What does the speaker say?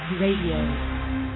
Radio